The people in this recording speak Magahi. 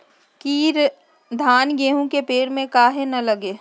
कीरा धान, गेहूं के पेड़ में काहे न लगे?